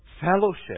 fellowship